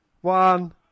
One